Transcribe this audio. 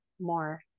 more